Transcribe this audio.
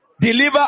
deliver